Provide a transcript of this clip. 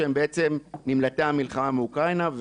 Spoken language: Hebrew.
והם בעצם נמלטי המלחמה באוקראינה,